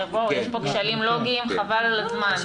יש פה כשלים לוגיים, חבל על הזמן.